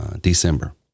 December